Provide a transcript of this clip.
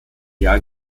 jahr